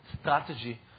strategy